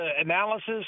analysis